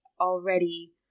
already